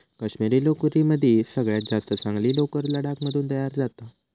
काश्मिरी लोकरीमदी सगळ्यात जास्त चांगली लोकर लडाख मधून तयार जाता